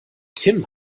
tim